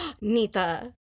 nita